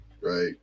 right